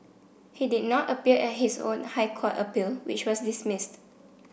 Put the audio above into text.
he did not appear at his own High Court appeal which was dismissed